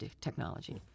technology